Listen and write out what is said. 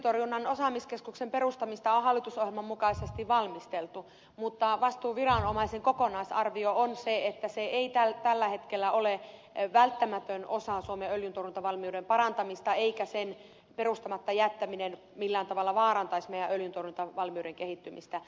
öljyntorjunnan osaamiskeskuksen perustamista on hallitusohjelman mukaisesti valmisteltu mutta vastuuviranomaisen kokonaisarvio on se että se ei tällä hetkellä ole välttämätön osa suomen öljyntorjuntavalmiuden parantamista eikä sen perustamatta jättäminen millään tavalla vaarantaisi meidän öljyntorjuntavalmiutemme kehittymistä